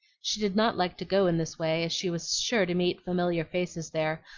she did not like to go in this way, as she was sure to meet familiar faces there,